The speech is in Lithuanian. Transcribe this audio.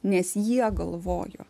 nes jie galvojo